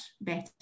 better